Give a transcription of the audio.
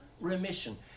remission